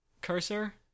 cursor